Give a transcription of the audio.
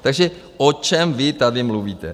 Takže o čem vy tady mluvíte?